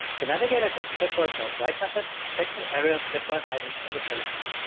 the navigator clipboard write method takes an array of clipboard items as a parameter.